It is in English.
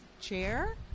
chair